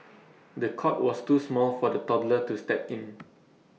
the cot was too small for the toddler to step in